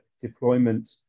deployment